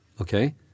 Okay